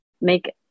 make